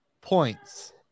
points